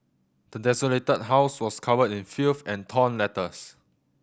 the desolated house was covered in filth and torn letters